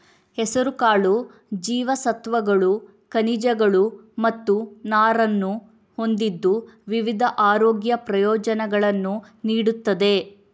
ಹೆಸರುಕಾಳು ಜೀವಸತ್ವಗಳು, ಖನಿಜಗಳು ಮತ್ತು ನಾರನ್ನು ಹೊಂದಿದ್ದು ವಿವಿಧ ಆರೋಗ್ಯ ಪ್ರಯೋಜನಗಳನ್ನು ನೀಡುತ್ತದೆ